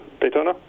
Daytona